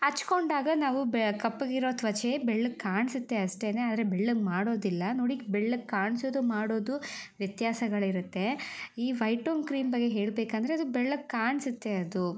ಹಚ್ಕೊಂಡಾಗ ನಾವು ಬೆ ಕಪ್ಪಗಿರೋ ತ್ವಚೆ ಬೆಳ್ಳಗೆ ಕಾಣಿಸತ್ತೆ ಅಷ್ಟೇ ಆದರೆ ಬೆಳ್ಳಗೆ ಮಾಡೋದಿಲ್ಲ ನೋಡಿ ಬೆಳ್ಳಗೆ ಕಾಣಿಸೋದು ಮಾಡೋದು ವ್ಯತ್ಯಾಸಗಳಿರುತ್ತೆ ಈ ವೈಟ್ ಟೋನ್ ಕ್ರೀಮ್ ಬಗ್ಗೆ ಹೇಳ್ಬೇಕಂದ್ರೆ ಅದು ಬೆಳ್ಳಗೆ ಕಾಣಿಸತ್ತೆ ಅದು